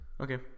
Okay